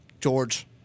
George